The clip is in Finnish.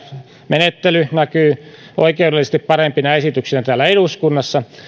menettely näkyy oikeudellisesti parempina esityksinä täällä eduskunnassa